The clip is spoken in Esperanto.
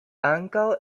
ankaŭ